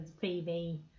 Phoebe